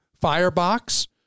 firebox